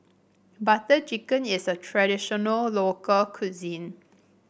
Butter Chicken is a traditional local cuisine